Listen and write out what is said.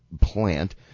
plant